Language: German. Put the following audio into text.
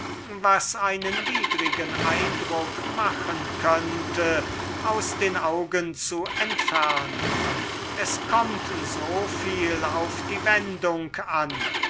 was einen widrigen eindruck machen könnte aus den augen zu entfernen es kömmt soviel auf die wendung an